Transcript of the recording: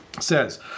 says